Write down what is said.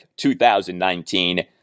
2019